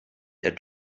der